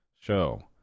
show